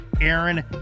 Aaron